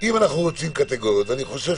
אם אנחנו רוצים קטגוריות, ואני חושב